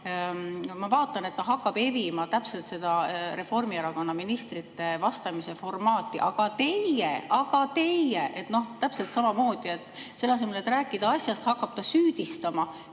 Ma vaatan, et ta hakkab evima täpselt seda Reformierakonna ministrite vastamise formaati: "Aga teie, aga teie!" Täpselt samamoodi, selle asemel et rääkida asjast, hakkab ta süüdistama